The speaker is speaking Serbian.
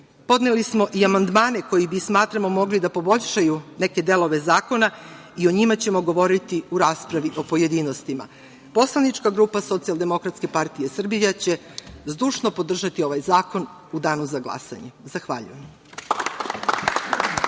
društvo. Podneli smo i amandmane koji bi, smatramo, mogli da poboljšaju neke delove zakona i o njima ćemo govoriti u raspravi u pojedinostima. Poslanička grupa SDPS će zdušno podržati ovaj zakon u Danu za glasanje. Zahvaljujem.